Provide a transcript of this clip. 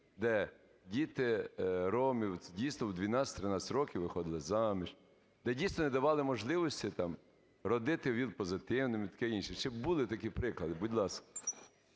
де діти ромів, дійсно, в 12-13 років виходили заміж, де дійсно, не давали можливості там родити ВІЛ-позитивним і таке інше? Чи були такі приклади, будь ласка.